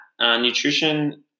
nutrition